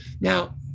Now